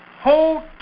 Hold